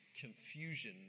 confusion